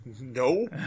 No